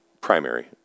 primary